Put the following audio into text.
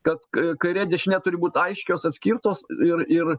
kad kai kairė dešinė turi būt aiškios atskirtos ir ir